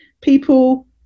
people